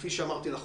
כפי שאמרתי לך,